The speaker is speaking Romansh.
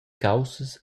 caussas